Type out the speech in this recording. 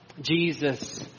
Jesus